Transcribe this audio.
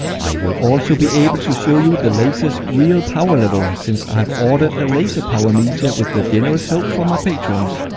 i will also be able to show you the lasers real power level since i have ordered a laser power meter with the generous help from my patrons.